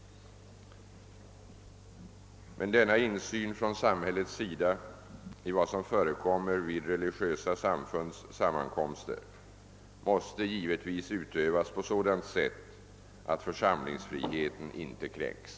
Denna insyn från samhällets sida i vad som förekommer vid religiösa samfunds sammankomster måste givetvis utövas på sådant sätt attt församlingsfriheten inte kränks.